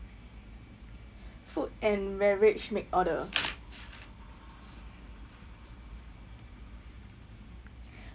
food and beverage make order